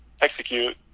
execute